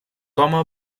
home